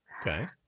Okay